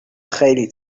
خیلی